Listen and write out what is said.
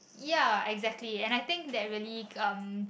ya exactly and I think that really um